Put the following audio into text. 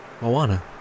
Moana